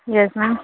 yes ma'am